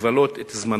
לבלות את זמנם,